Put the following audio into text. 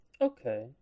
Okay